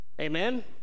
Amen